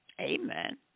Amen